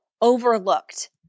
overlooked